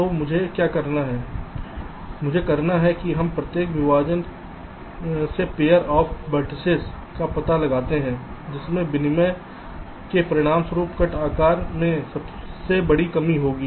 तो मुझे क्या करना है कि हम प्रत्येक विभाजन से पेअर ऑफ़ वेर्तिसेस का पता लगाते हैं जिसके विनिमय के परिणामस्वरूप कट आकार में सबसे बड़ी कमी होगी